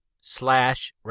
slash